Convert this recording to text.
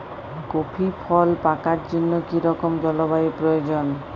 Coffee ফল পাকার জন্য কী রকম জলবায়ু প্রয়োজন?